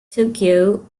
tokyo